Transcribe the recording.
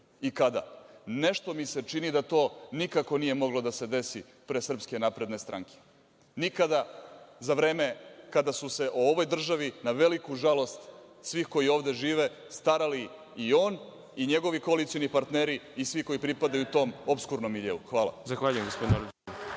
i kada? Nešto mi se čini da to nikako nije moglo da se desi pre SNS. Nikada za vreme kada su se o ovoj državi, na veliku žalost svih koji ovde žive, starali i on i njegovi koalicioni partneri i svi koji pripadaju tom opskurnom miljeu. Hvala.